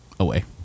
Away